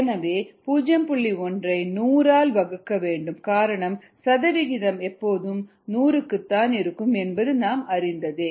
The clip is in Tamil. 1 ஐ 100 ஆல் வகுக்க வேண்டும் காரணம் சதவிகிதம் எப்போதும் 100 க்கு இருக்கும் என்பது நாம் அறிந்ததே